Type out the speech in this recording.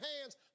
hands